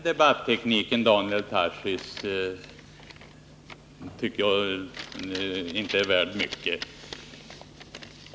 Herr talman! Den debattekniken tycker jag inte är värd mycket, Daniel Tarschys.